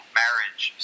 marriage